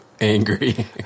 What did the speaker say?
angry